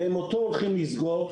ואותו הם הולכים לסגור,